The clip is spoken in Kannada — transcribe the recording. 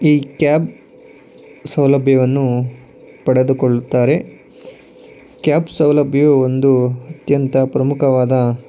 ಈ ಕ್ಯಾಬ್ ಸೌಲಭ್ಯವನ್ನು ಪಡೆದುಕೊಳ್ಳುತ್ತಾರೆ ಕ್ಯಾಬ್ ಸೌಲಭ್ಯವು ಒಂದು ಅತ್ಯಂತ ಪ್ರಮುಖವಾದ